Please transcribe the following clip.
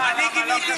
אני גיניתי את זה.